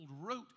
wrote